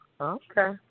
Okay